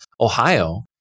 Ohio